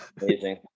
Amazing